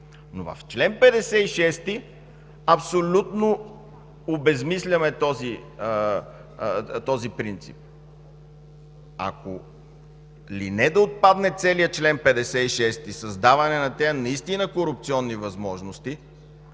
В чл. 56 абсолютно обезсмисляме този принцип. Ако не да отпадне целият чл. 56 – създаване на тези наистина корупционни възможности,